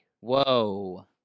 Whoa